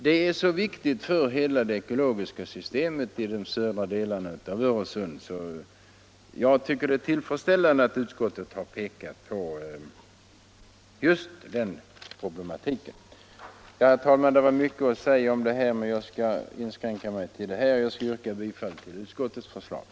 Dessa förhållanden är viktiga för hela det ekologiska systemet i de södra delarna av Öresund, och därför är det tillfredsställande att utskottet har uppmärksammat denna problematik. Herr talman! Det finns mycket att säga om detta, men jag skall inskränka mig till vad jag har sagt och till att yrka bifall till utskottets förslag.